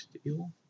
Steel